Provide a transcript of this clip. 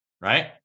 Right